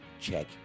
check